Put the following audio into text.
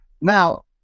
Now